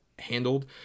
handled